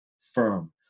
firm